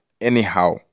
anyhow